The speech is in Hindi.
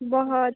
बहुत